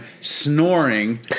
snoring